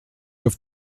have